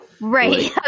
Right